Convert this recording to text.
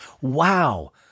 wow